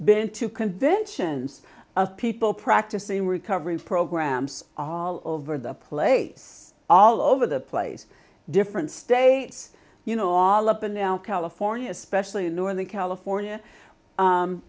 been to conventions of people practicing recovery programs all over the place all over the place different states you know all up and now california especially in northern california